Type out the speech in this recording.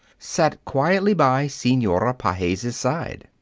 sat quietly by senora pages' side,